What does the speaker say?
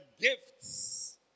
gifts